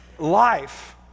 Life